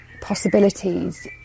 possibilities